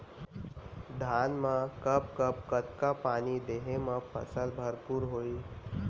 धान मा कब कब कतका पानी देहे मा फसल भरपूर होही?